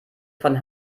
von